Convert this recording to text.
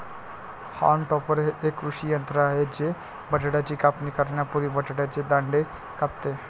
haulm topper हे एक कृषी यंत्र आहे जे बटाट्याची कापणी करण्यापूर्वी बटाट्याचे दांडे कापते